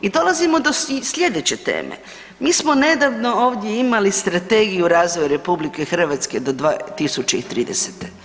I dolazimo do sljedeće teme, mi smo nedavno ovdje imali strategiju razvoja RH do 2030.